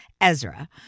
Ezra